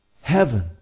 Heaven